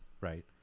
right